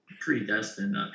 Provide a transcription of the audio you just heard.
predestined